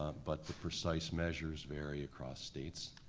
but the precise measures vary across states.